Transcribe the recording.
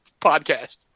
podcast